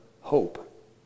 hope